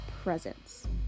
presence